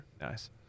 nice